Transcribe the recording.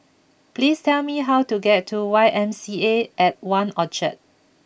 please tell me how to get to Y M C A at One Orchard